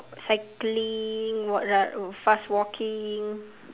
cycling what lah fast walking